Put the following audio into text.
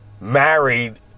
married